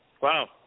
Wow